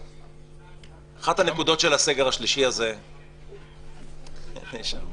הנקודות של הסגר השלישי הזה -- בוא תוציא אותנו